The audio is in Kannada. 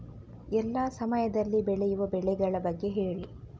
ಎಲ್ಲಾ ಸಮಯದಲ್ಲಿ ಬೆಳೆಯುವ ಬೆಳೆಗಳ ಬಗ್ಗೆ ಹೇಳಿ